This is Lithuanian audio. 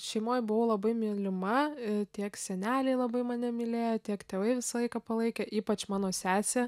šeimoj buvau labai mylima ir tiek seneliai labai mane mylėjo tiek tėvai visą laiką palaikė ypač mano sesė